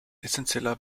essenzieller